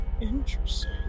Interesting